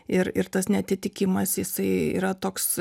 ir ir tas neatitikimas jisai yra toks